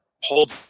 hold